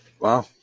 Wow